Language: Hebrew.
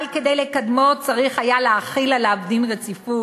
אבל כדי לקדמו צריך היה להחיל עליו דין רציפות,